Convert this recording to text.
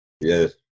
Yes